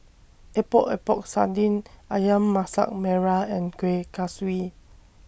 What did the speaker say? Epok Epok Sardin Ayam Masak Merah and Kuih Kaswi